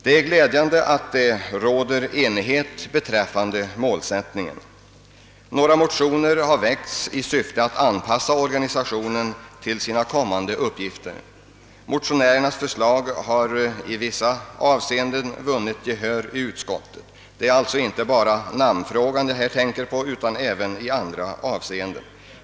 Det är glädjande att det råder enighet beträffande målsättningen. Några motioner har väckts i syfte att anpassa organisationen till de kommande uppgifterna. Motionärernas förslag har i vissa avseenden vunnit gehör i utskottet. Det är inte bara namnfrågan jag här tänker på utan även andra saker.